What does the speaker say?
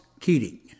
Keating